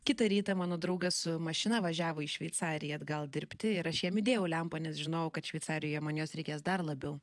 kitą rytą mano draugas su mašina važiavo į šveicariją atgal dirbti ir aš jam įdėjau lempą nes žinojau kad šveicarijoj man jos reikės dar labiau